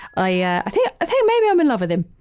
ah yeah i think maybe i'm in love with him.